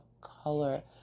color